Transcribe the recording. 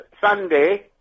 Sunday